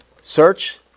search